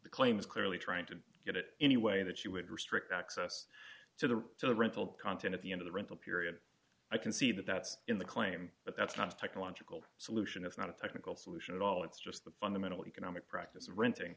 the claim is clearly trying to get it anyway that you would restrict access to the to the rental content at the end of the rental period i can see that that's in the claim but that's not a technological solution it's not a technical solution at all it's just the fundamental economic practice of renting